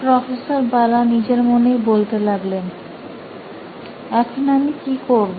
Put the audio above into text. professor Bala এখন আমি কি করব